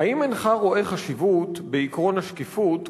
האם אינך רואה חשיבות בעקרון השקיפות,